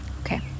Okay